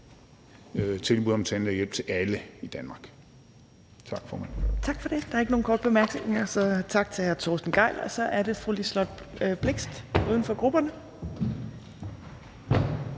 Tredje næstformand (Trine Torp): Tak for det. Der er ikke nogen korte bemærkninger, så tak til hr. Torsten Gejl. Så er det fru Liselott Blixt, uden for grupperne.